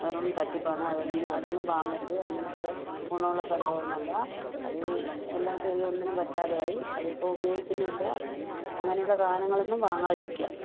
വെറും തട്ടിപ്പാണ് അതെ അതൊന്നും വാങ്ങരുത് അതൊന്നും വലിയ ഗുണമുള്ള സംഭവം ഒന്നുമല്ല അത് അത് എല്ലാം കീറി ഒന്നിനും പറ്റാതെയായി അതിപ്പോൾ ഉപയോഗിക്കുന്നുമില്ല അങ്ങനെയുള്ള സാധനങ്ങൾ ഒന്നും വാങ്ങാതിരിക്കുക